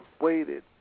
waited